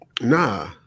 Nah